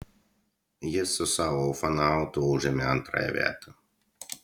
jis su savo ufonautu užėmė antrąją vietą